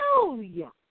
Hallelujah